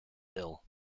ill